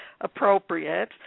appropriate